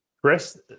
Chris